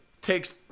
takes